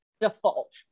default